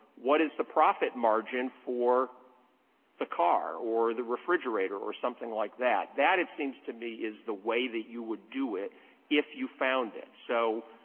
what is the profit margin for the car or the refrigerator or something like that. that, it seems to me, is the way that you would do it if you found it. so,